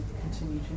continue